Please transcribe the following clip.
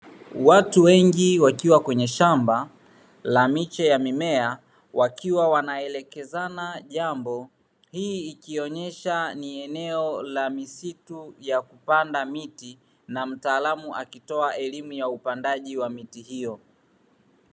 Watu wengi wakiwa kwenye shamba la miche ya mimea wakiwa wanaelekezana jambo, hii ikionyesha ni eneo la misitu ya kupanda miti na mtaalamu akitoa elimu ya upandaji wa miti hiyo.